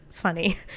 funny